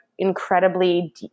Incredibly